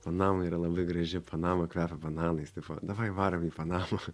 panama yra labai graži panama kvepia bananais tipo davai varom į panamą